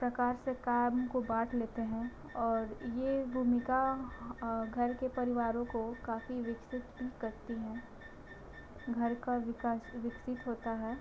प्रकार से काम को बाँट लेते हैं और यह भूमिका घर के परिवारों को काफ़ी विकसित करती हैं घर का विकास विकसित होता है